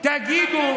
תגידו,